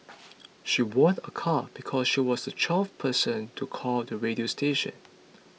she won a car because she was the twelfth person to call the radio station